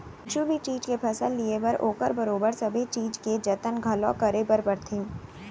कुछु भी चीज के फसल लिये बर ओकर बरोबर सबे चीज के जतन घलौ करे बर परथे